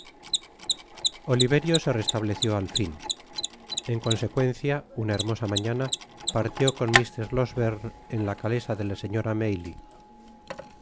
oliverio se restableció al fin en consecuencia una hermosa mañana partió con mr losberne en la calesa de la señora